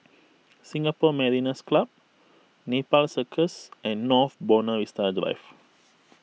Singapore Mariners' Club Nepal Circus and North Buona Vista Drive